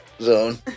zone